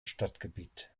stadtgebiet